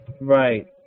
Right